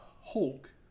Hulk